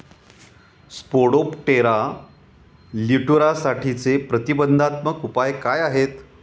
Spodoptera लिट्युरासाठीचे प्रतिबंधात्मक उपाय काय आहेत?